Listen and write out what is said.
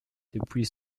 depuis